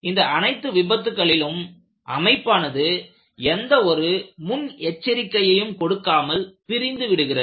இந்த அனைத்து விபத்துகளிலும் அமைப்பானது எந்த ஒரு முன் எச்சரிக்கையையும் கொடுக்காமல் பிரிந்து விடுகிறது